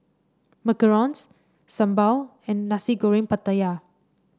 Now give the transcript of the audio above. macarons sambal and Nasi Goreng Pattaya